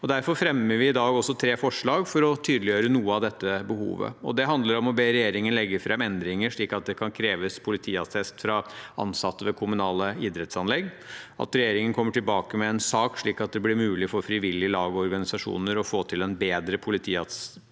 Derfor fremmer vi i dag tre forslag for å tydeliggjøre noe av dette behovet. Det handler om å be regjeringen legge fram endringer slik at det kan kreves politiattest fra ansatte ved kommunale idrettsanlegg, at regjeringen kommer tilbake med en sak slik at det blir mulig for frivillige lag og organisasjoner å få til en bedre politiattestordning,